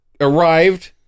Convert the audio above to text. arrived